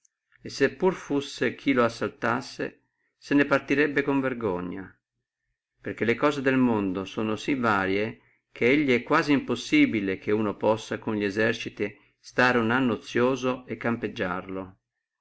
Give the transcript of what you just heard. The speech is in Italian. e se pure fussi chi lo assaltassi se ne partirà con vergogna perché le cose del mondo sono sí varie che elli è quasi impossibile che uno potessi con li eserciti stare uno anno ozioso a campeggiarlo